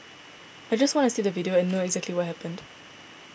I just want to see the video and know what exactly happened